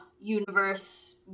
universe